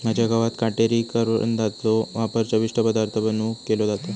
माझ्या गावात काटेरी करवंदाचो वापर चविष्ट पदार्थ बनवुक केलो जाता